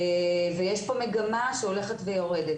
ויש פה מגמה שהולכת ויורדת.